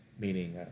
meaning